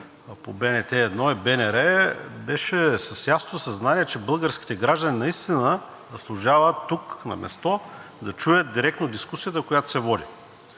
по БНТ 1 и БНР, беше с ясното съзнание, че българските граждани наистина заслужават тук, на място, да чуят директно дискусията, която се води,